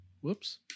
Whoops